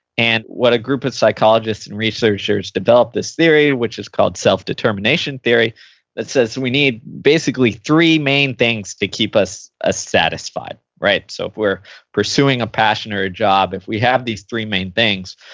and what a group of psychologists and researchers developed this theory which is called self determination theory that says we need basically three main things to keep us ah satisfied. right? so, we're pursuing a passion or a job if we have these three main things,